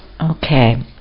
Okay